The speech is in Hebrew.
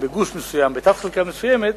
בגוש מסוים ובתת-חלקה מסוימת,